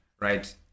right